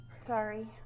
Sorry